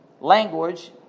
language